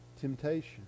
temptation